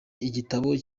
igitabo